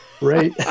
right